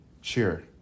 Sure